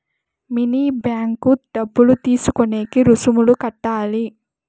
mini bank డబ్బులు తీసుకునేకి రుసుములు కట్టాలి